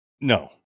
No